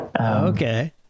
Okay